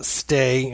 stay